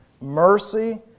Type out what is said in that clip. Mercy